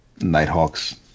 nighthawk's